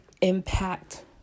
impact